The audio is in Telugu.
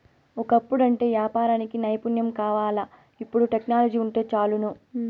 ఒకప్పుడంటే యాపారానికి నైపుణ్యం కావాల్ల, ఇపుడు టెక్నాలజీ వుంటే చాలును